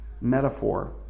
metaphor